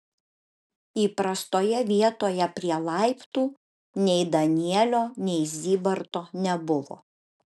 įprastoje vietoje prie laiptų nei danielio nei zybarto nebuvo